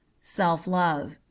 Self-love